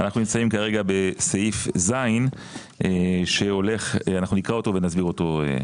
אנחנו נמצאים כרגע בסעיף (ז) שנקרא אותו ונסביר אותו.